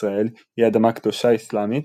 ישראל היא אדמה קדושה אסלאמית,